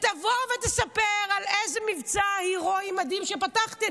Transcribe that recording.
תבוא ותספר על איזה מבצע הירואי מדהים, שבו פתחתי.